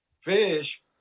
fish